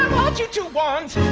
want you to want!